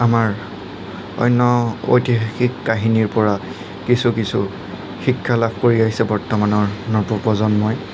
আমাৰ অন্য ঐতিহাসিক কাহিনীৰ পৰা কিছু কিছু শিক্ষা লাভ কৰি আহিছে বৰ্তমানৰ নৱ প্ৰজন্মই